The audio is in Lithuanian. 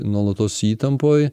nuolatos įtampoj